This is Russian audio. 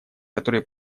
которые